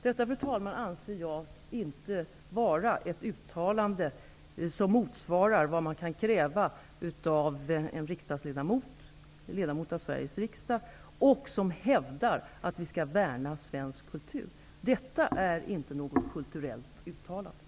Detta, fru talman, anser jag inte vara ett uttalande som motsvarar vad man kan kräva av en ledamot av Sveriges riksdag, som hävdar att vi skall värna svensk kultur. Detta är inte något kulturellt uttalande.